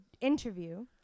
interview